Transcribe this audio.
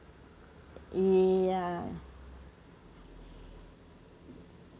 ya